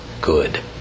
good